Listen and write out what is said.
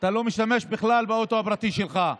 לא משתמש בכלל באוטו הפרטי שלך.